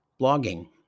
blogging